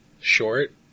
short